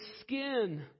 skin